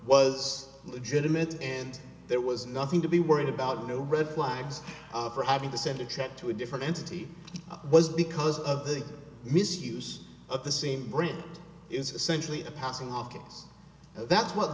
was legitimate and there was nothing to be worried about no red flags for having to send except to a different entity was because of the misuse of the same brand is essentially a passing office that's what